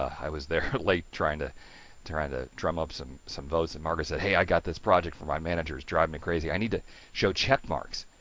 i was there late trying to try to drum up some some votes in. margaret said hey, i got this project for this, my managers drive me crazy, i need to show check marks!